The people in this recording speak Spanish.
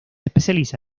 especializa